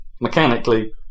mechanically